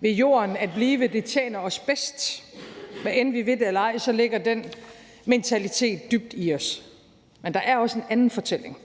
Ved jorden at blive, det tjener os bedst. Hvad end vi vil det eller ej, ligger den mentalitet dybt i os. Men der er også en anden fortælling